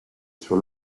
sur